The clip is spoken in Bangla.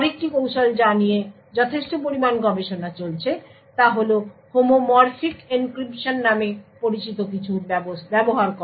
আরেকটি কৌশল যা নিয়ে যথেষ্ট পরিমাণে গবেষণা চলছে তা হল হোমোমরফিক এনক্রিপশন নামে পরিচিত কিছুর ব্যবহার করা